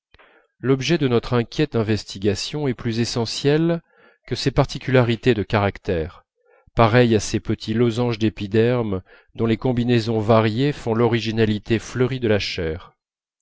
l'objet de notre inquiète investigation est plus essentiel que ces particularités de caractère pareilles à ces petits losanges d'épiderme dont les combinaisons variées font l'originalité fleurie de la chair